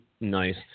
nice